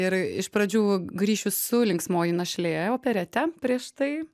ir iš pradžių grįšiu su linksmoji našlė operete prieš tai